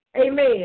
Amen